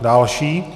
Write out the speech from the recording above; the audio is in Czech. Další.